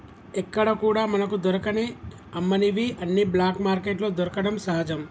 ఎక్కడా కూడా మనకు దొరకని అమ్మనివి అన్ని బ్లాక్ మార్కెట్లో దొరకడం సహజం